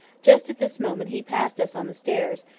just at this moment he passed us on the stairs,